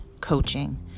coaching